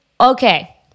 Okay